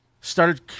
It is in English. started